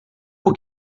por